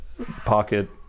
pocket